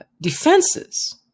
defenses